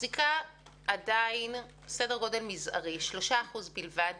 מחזיקה עדיין סדר גודל מזערי, 3% בלבד